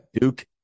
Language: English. Duke